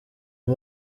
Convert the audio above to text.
uyu